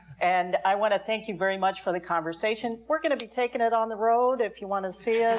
and i want to thank you very much for the conversation. we're going to be taking it out on the road, if you want to so yeah